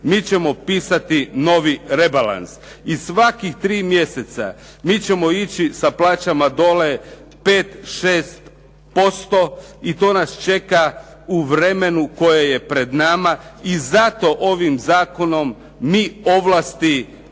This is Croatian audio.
mi ćemo pisati novi rebalans, i svaki 3 mjeseca mi ćemo ići sa plaćama dolje 5, 6% i to nas čeka u vremenu koje je pred nama. I zato ovim zakonom po ovlasti po